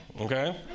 okay